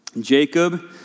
Jacob